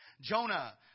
Jonah